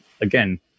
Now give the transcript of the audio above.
again